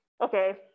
okay